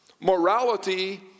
Morality